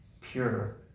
pure